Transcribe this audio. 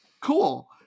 Cool